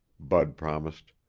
bud promised.